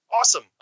awesome